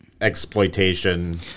Exploitation